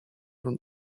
from